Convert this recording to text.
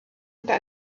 unter